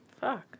Fuck